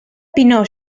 pinós